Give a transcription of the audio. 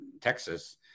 texas